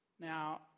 Now